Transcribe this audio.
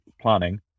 planning